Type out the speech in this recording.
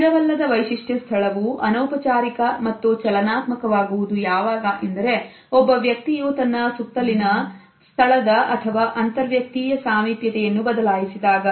ಸ್ಥಿರವಲ್ಲದ ವೈಶಿಷ್ಟ್ಯ ಸ್ಥಳವು ಅನೌಪಚಾರಿಕ ಮತ್ತು ಚಲನಾತ್ಮಕ ವಾಗುವುದು ಯಾವಾಗ ಎಂದರೆ ಒಬ್ಬ ವ್ಯಕ್ತಿಯು ತನ್ನ ಸುತ್ತಲಿನ ಸ್ಥಳದ ಅಥವಾ ಅಂತರ್ ವ್ಯಕ್ತಿಯ ಸಾಮೀಪ್ಯತೆ ಯನ್ನು ಬದಲಾಯಿಸಿದಾಗ